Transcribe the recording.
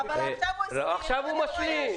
עכשיו הוא משלים.